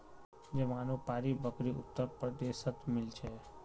जमानुपारी बकरी उत्तर प्रदेशत मिल छे